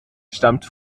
stammt